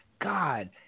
God